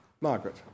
Margaret